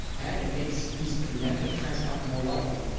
and it makes these preemptive transplants more likely,